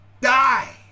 die